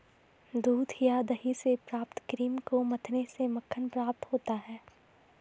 दूध या दही से प्राप्त क्रीम को मथने से मक्खन प्राप्त होता है?